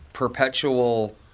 perpetual